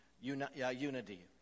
unity